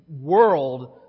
world